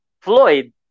Floyd